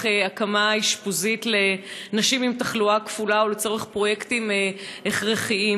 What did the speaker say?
הקמת אשפוזית לנשים עם תחלואה כפולה ולצורך פרויקטים הכרחיים.